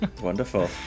wonderful